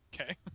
Okay